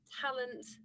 talent